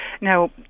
Now